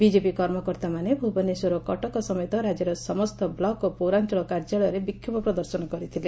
BJP କର୍ମକର୍ତ୍ତାମାନେ ଭୁବନେଶ୍ୱର ଓ କଟକ ସମେତ ରାଜ୍ୟର ସମସ୍ତ ବ୍ଲକ ଓ ପୌରାଞ୍ଚଳ କାର୍ଯ୍ୟାଳୟରେ ବିଷୋଭ ପ୍ରଦର୍ଶନ କରିଥିଲେ